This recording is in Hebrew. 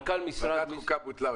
חוקה.